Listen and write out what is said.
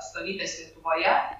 atstovybės lietuvoje